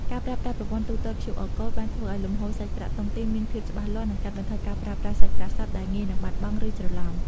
ការប្រើប្រាស់ប្រព័ន្ធទូទាត់ QR Code បានធ្វើឱ្យលំហូរសាច់ប្រាក់តុងទីនមានភាពច្បាស់លាស់ និងកាត់បន្ថយការប្រើប្រាស់សាច់ប្រាក់សុទ្ធដែលងាយនឹងបាត់បង់ ឬច្រឡំ។